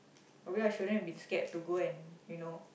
probably I shouldn't have been scared to go and you know